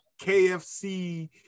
KFC